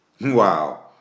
Wow